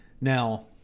Now